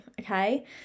Okay